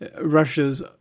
Russia's